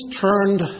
turned